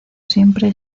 siempre